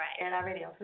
right